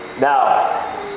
Now